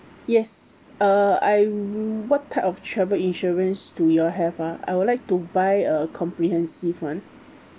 yes uh I what type of travel insurance do you have ah I would like to buy a comprehensive [one]